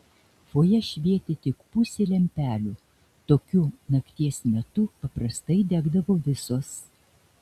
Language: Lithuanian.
fojė švietė tik pusė lempelių tokiu nakties metu paprastai degdavo visos